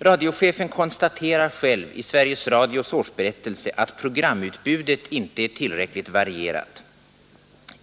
Radiochefen konstaterar själv i Sveriges Radios årsberättelse, att programutbudet inte är tillräckligt varierat.